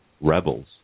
rebels